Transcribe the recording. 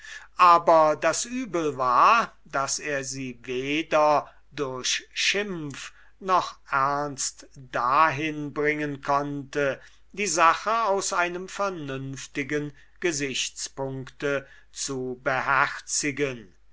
aber das übel war daß er sie weder durch schimpf noch ernst dahin bringen konnte die sache aus einem vernünftigen gesichtspuncte zu beherzigen